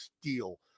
steal